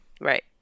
Right